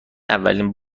اولین